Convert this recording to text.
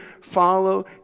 follow